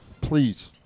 Please